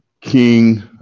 king